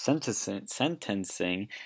sentencing